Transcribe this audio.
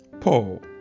Paul